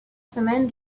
semaine